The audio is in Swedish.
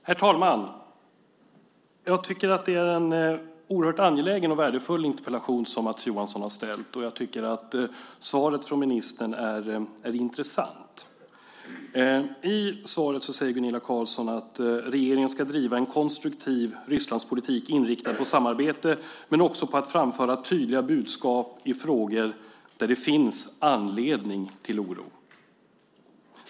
Herr talman! Jag tycker att det är en oerhört angelägen och värdefull interpellation som Mats Johansson har ställt, och jag tycker att svaret från ministern är intressant. I svaret säger Gunilla Carlsson att regeringen ska driva en konstruktiv Rysslandspolitik, inriktad på samarbete men också på att framföra tydliga budskap i frågor där det finns anledning till oro.